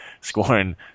scoring